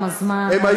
תם הזמן, נא